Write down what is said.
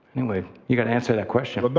anyway, you gotta answer that question. but but